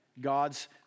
God's